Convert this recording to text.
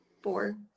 four